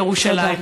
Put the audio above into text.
ירושלים.